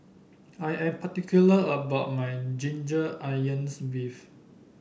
I am particular about my Ginger Onions beef